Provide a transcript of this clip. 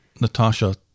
Natasha